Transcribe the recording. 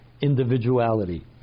individuality